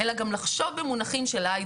אלא גם לחשוב במונחים של הייטק.